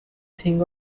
thing